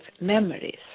memories